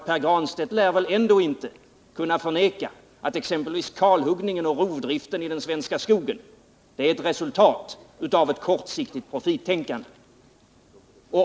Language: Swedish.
Pär Granstedt lär ändå inte kunna förneka att exempelvis kalhuggningen och rovdriften i den svenska skogen är ett resultat av ett kortsiktigt profittänkande.